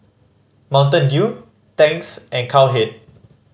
Mountain Dew Tangs and Cowhead